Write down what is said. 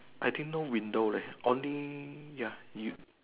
I think no window leh only ya you